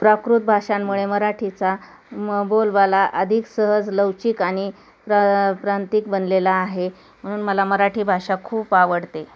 प्राकृत भाषांमुळे मराठीचा म् बोलबाला अधिक सहज लवचिक आणि प्र प्रांतिक बनलेला आहे म्हणून मला मराठी भाषा खूप आवडते